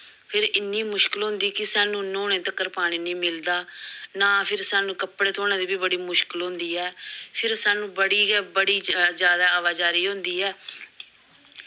फिर इन्नी मुश्कल होंदी कि सानूं न्होने तक्कर पानी निं मिलदा नां फिर सानूं कपड़े धोने दी बी बड़ी मुश्कल होंदी ऐ फिर सानूं बड़ी गै बड़ी जैदा अवाचारी होंदी ऐ